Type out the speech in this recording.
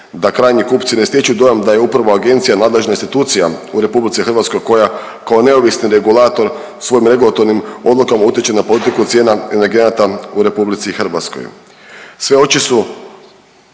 da krajnji kupci ne stječu dojam da je upravo agencija nadležna institucija u RH koja kao neovisni regulator svojim regulatornim odlukama utječe na politiku cijena energenata u RH. Sve oči su